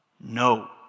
No